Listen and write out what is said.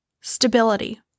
stability